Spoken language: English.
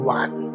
one